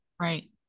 Right